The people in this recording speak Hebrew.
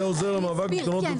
זה עוזר למאבק בתאונות הדרכים?